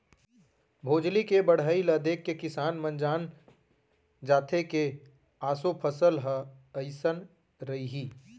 भोजली के बड़हई ल देखके किसान मन जान जाथे के ऑसो फसल ह अइसन रइहि